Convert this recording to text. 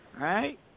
right